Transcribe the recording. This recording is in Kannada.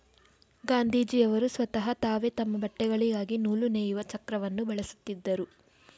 ಗಾಂಧೀಜಿಯವರು ಸ್ವತಹ ತಾವೇ ತಮ್ಮ ಬಟ್ಟೆಗಳಿಗಾಗಿ ನೂಲು ನೇಯುವ ಚಕ್ರವನ್ನು ಬಳಸುತ್ತಿದ್ದರು